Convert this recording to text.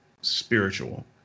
spiritual